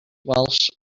welsh